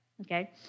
okay